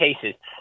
cases